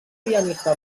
pianista